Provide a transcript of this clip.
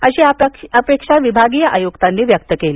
अशी अपेक्षा विभागीय आयुक्तांनी व्यक्त केली